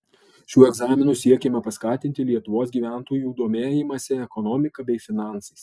šiuo egzaminu siekiama paskatinti lietuvos gyventojų domėjimąsi ekonomika bei finansais